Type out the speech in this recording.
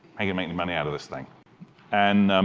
i can make money out of this thing and